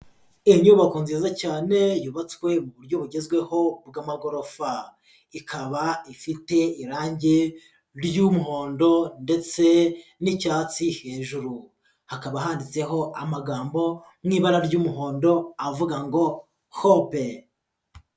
Inyubako nziza cyane yubatswe mu buryo bugezweho bw'amagorofa, ikaba ifite irangi ry'umuhondo ndetse n'icyatsi hejuru, hakaba handitseho amagambo n'ibara ry'umuhondo avuga ngo hope.